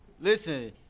Listen